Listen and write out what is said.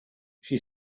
she